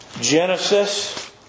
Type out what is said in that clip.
Genesis